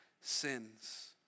sins